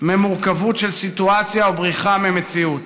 ממורכבות של סיטואציה ובריחה מהמציאות,